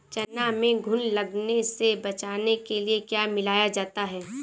चना में घुन लगने से बचाने के लिए क्या मिलाया जाता है?